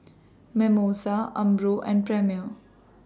Mimosa Umbro and Premier